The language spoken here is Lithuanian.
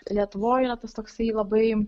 lietuvoj yra tas toksai labai